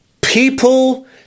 people